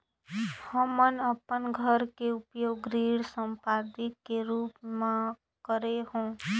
हमन अपन घर के उपयोग ऋण संपार्श्विक के रूप म करे हों